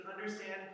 understand